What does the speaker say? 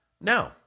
No